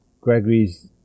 Gregory's